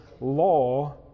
law